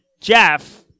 Jeff